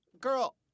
girl